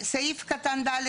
סעיף קטן (ד),